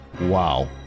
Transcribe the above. wow